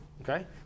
Okay